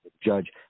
Judge